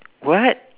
what